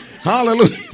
Hallelujah